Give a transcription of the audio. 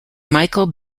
michael